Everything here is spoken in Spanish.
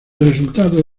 resultado